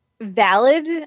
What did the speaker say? valid